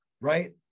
Right